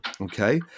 Okay